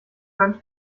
könnt